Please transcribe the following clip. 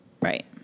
Right